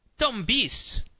dumb beasts!